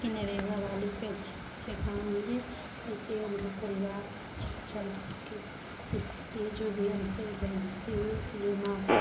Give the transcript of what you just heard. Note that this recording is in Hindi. कि नरेगा वाली पे अच्छे अच्छे काम दे इसलिए उनका परिवार अच्छा चल सके उसके लिए जो भी हमसे गलती से हुई उसके लिए माफी